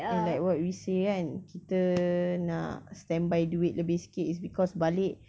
and like what we say kan kita nak standby duit lebih sikit is because balik